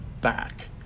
back